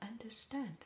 understand